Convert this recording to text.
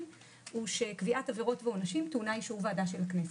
הוא שקביעת עבירות ועונשים טעונה אישור ועדה של הכנסת.